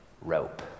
rope